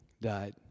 Died